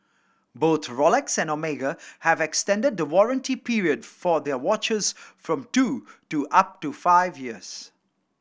both Rolex and Omega have extended the warranty period for their watches from two to up to five years